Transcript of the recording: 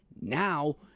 Now